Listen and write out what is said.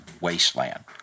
wasteland